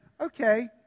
okay